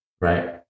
right